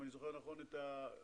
אם אני זוכר נכון את המספר,